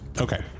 Okay